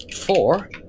Four